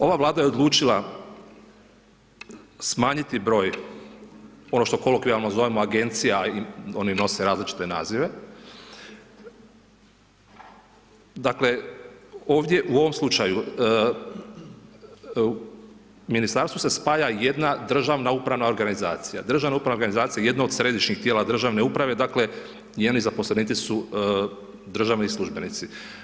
Ova je Vlada odlučila smanjiti broj, ono što kolokvijalno zovemo Agencija, oni nose različite nazive, dakle, ovdje u ovom slučaju, Ministarstvu se spaja jedna Državna upravna organizacija, Državna upravna organizacija jedna od središnjih tijela državne uprave, dakle, njeni zaposlenici su državni službenici.